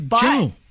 Joe